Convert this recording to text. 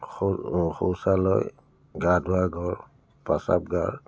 শৌ শৌচালয় গা ধোৱা ঘৰ পাচাবগাৰ